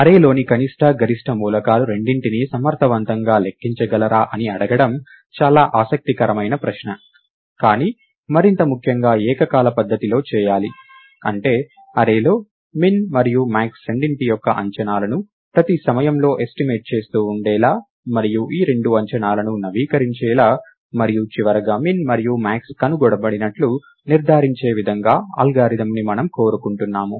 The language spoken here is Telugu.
అర్రే లోని కనిష్ట మరియు గరిష్ట మూలకాలు రెండింటినీ సమర్ధవంతంగా లెక్కించగలరా అని అడగడం చాలా ఆసక్తికరమైన ప్రశ్న కానీ మరింత ముఖ్యంగా ఏకకాల పద్ధతిలో చేయాలి అంటే అర్రే లో min మరియు max రెండింటి యొక్క అంచనాలను ప్రతి సమయంలో ఎస్టిమేట్ చేస్తూ ఉండేలా మరియు ఈ రెండు అంచనాలను నవీకరించేలా మరియు చివరగా min మరియు max కనుగొనబడినట్లు నిర్ధారించే విధంగా అల్గారిథమ్ని మనము కోరుకుంటున్నాము